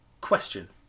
Question